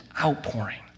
outpouring